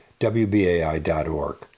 WBAI.org